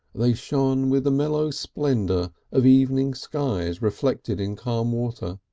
they shone with the mellow splendour of evening skies reflected in calm water,